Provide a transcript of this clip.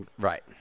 Right